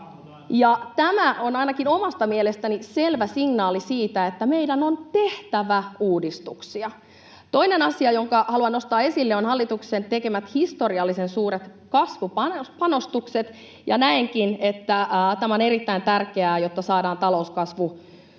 Tämä on ainakin omasta mielestäni selvä signaali siitä, että meidän on tehtävä uudistuksia. Toinen asia, jonka haluan nostaa esille, on hallituksen tekemät historiallisen suuret kasvupanostukset, ja näenkin, että ne ovat erittäin tärkeitä, jotta saadaan talouskasvu